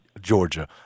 Georgia